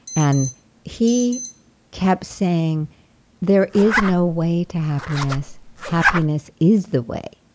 and he kept saying there is no way to happiness. happiness is the way.